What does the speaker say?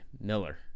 miller